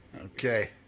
Okay